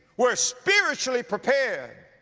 were spiritually prepared.